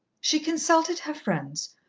she consulted her friends,